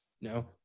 no